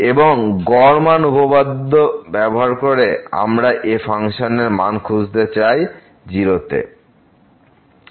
এবং গড় মান উপপাদ্য ব্যবহার করে আমরাএ ফাংশনের মান খুঁজে পেতে চাই 0 তে